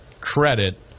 credit